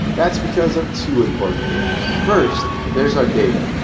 that's because of two important things first, there's our data.